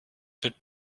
wird